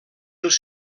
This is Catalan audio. els